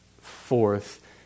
forth